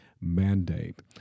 mandate